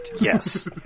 Yes